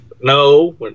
no